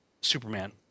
Superman